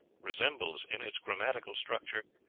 resembles, in its grammatical structure,